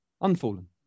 unfallen